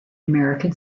american